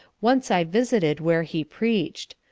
once i visited where he preached.